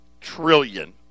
trillion